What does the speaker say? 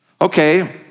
Okay